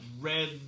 red